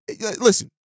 listen